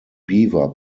beaver